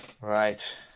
Right